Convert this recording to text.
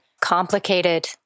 complicated